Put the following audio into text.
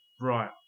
Right